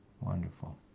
Wonderful